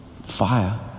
fire